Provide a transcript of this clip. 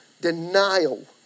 denial